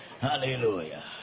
Hallelujah